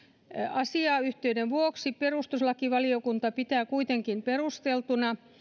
asiayhteyden vuoksi perustuslakivaliokunta pitää kuitenkin perusteltuna